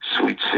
Sweet